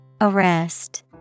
Arrest